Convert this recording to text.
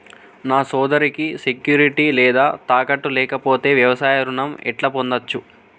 నా సోదరికి సెక్యూరిటీ లేదా తాకట్టు లేకపోతే వ్యవసాయ రుణం ఎట్లా పొందచ్చు?